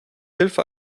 hilfe